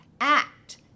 act